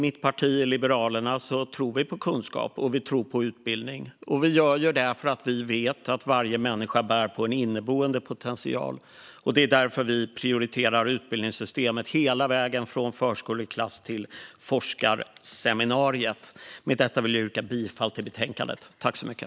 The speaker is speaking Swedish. I Liberalerna tror vi på kunskap, och vi tror på utbildning. Vi gör det därför att vi vet att varje människa bär på en inneboende potential. Det är därför vi prioriterar utbildningssystemet hela vägen från förskoleklass till forskarseminariet. Jag yrkar bifall till förslaget i betänkandet.